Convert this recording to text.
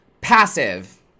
passive